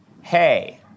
Hey